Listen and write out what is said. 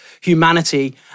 humanity